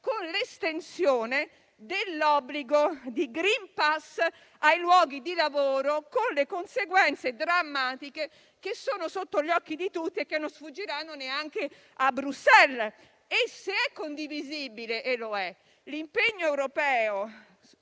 con l'estensione dell'obbligo di *green pass* ai luoghi di lavoro, con le conseguenze drammatiche che sono sotto gli occhi di tutti e che non sfuggiranno neanche a Bruxelles. E se è condivisibile - e lo è - l'impegno europeo,